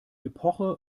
epoche